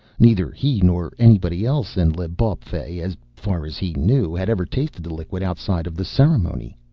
neither he nor anybody else in l'bawpfey, as far as he knew, had ever tasted the liquid outside of the ceremony.